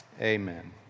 Amen